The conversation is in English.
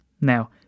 Now